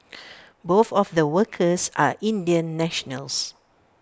both of the workers are Indian nationals